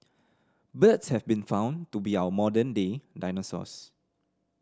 birds have been found to be our modern day dinosaurs